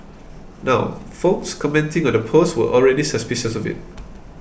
now folks commenting on the post were already suspicious of it